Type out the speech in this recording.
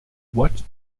what